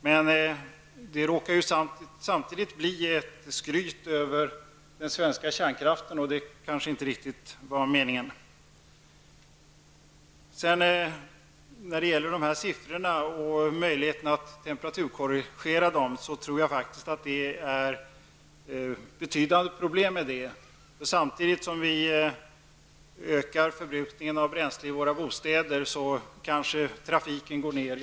Men det råkar samtidigt bli ett skryt över den svenska kärnkraften, och det kanske inte riktigt var meningen. När det gäller möjligheterna att temperaturkorrigera dessa siffror tror jag att det föreligger betydande problem. Samtidigt som vi ökar förbrukningen av bränsle i våra bostäder, kanske trafiken minskar.